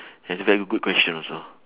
is very good question also